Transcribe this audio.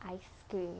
ice cream